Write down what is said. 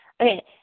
okay